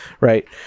Right